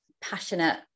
passionate